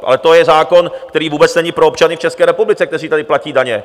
Ale to je zákon, který vůbec není pro občany v České republice, kteří tady platí daně.